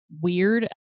weird